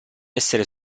essere